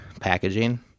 packaging